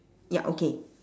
ya okay